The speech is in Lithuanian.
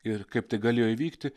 ir kaip tai galėjo įvykti